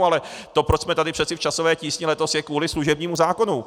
Ale to, proč jsme tady v časové tísni letos, je kvůli služebnímu zákonu.